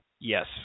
Yes